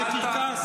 זה קרקס?